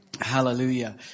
Hallelujah